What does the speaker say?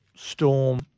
Storm